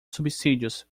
subsídios